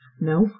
no